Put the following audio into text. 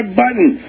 button